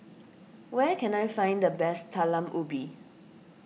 where can I find the best Talam Ubi